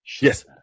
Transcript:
yes